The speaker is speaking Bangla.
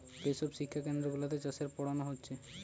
যে সব শিক্ষা কেন্দ্র গুলাতে চাষের পোড়ানা হচ্ছে